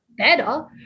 better